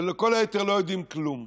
וכל היתר לא יודעים כלום.